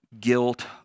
guilt